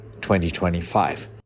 2025